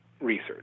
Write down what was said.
research